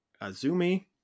Azumi